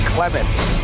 Clements